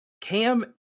Cam